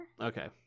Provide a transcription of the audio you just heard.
Okay